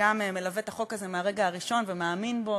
שגם מלווה את החוק הזה מהרגע הראשון ומאמין בו,